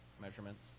measurements